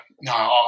no